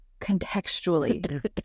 contextually